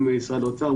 גם משרד האוצר,